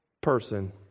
person